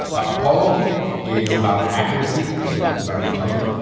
apollo is about accuracy. so it's about retargeting.